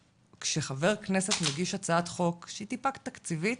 כשחבר כנסת מגיש הצעת חוק שהיא טיפה תקציבית